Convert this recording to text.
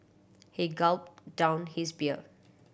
he gulped down his beer